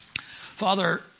Father